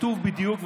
כתוב שם בדיוק,